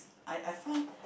I I find